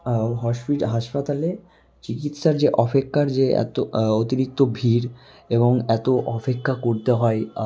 হাসপাতালে চিকিৎসার যে অপেক্ষার যে এত অতিরিক্ত ভিড় এবং এত অপেক্ষা করতে হয়